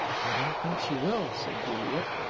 i don't think she will, said juliet.